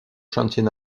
chantiers